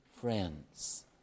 friends